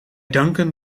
danken